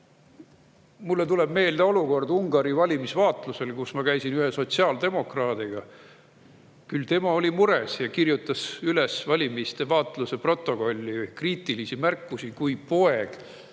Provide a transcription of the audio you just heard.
Mulle tuleb meelde olukord Ungari valimisi vaadeldes. Ma olin seal koos ühe sotsiaaldemokraadiga. Küll tema oli mures ja kirjutas valimiste vaatluse protokolli kriitilisi märkusi, kui poeg